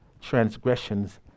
transgressions